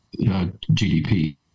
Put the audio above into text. GDP